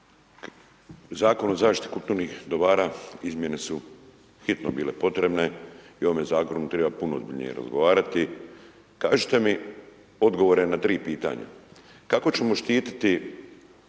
Zakon o zaštiti kulturnih dobara, izmjene su hitno bile potrebne i ovome zakonu treba puno ozbiljnije razgovarati. Kažite mi odgovore na tri pitanja: Kako ćemo štitit